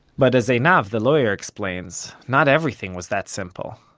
but as einav, the lawyer, explains, not everything was that simple.